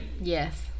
Yes